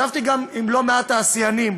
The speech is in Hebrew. ישבתי גם עם לא מעט תעשיינים,